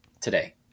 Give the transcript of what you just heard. today